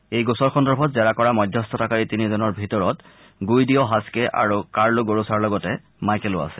এই গোচৰ সন্দৰ্ভত জেৰা কৰা মধ্যস্থতাকাৰী তিনিজনৰ ভিতৰত গুইদিঅ হাচকে আৰু কাৰ্লো গেৰোচাৰ লগতে মাইকেলো আছে